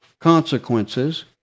consequences